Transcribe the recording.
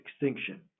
extinction